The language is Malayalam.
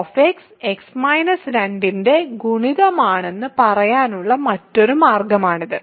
f x - 2 ന്റെ ഗുണിതമാണെന്ന് പറയാനുള്ള മറ്റൊരു മാർഗ്ഗമാണിത്